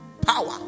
Power